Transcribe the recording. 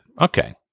Okay